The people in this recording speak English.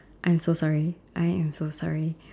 I'm so sorry I am so sorry